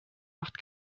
macht